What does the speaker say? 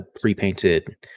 pre-painted